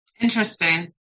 interesting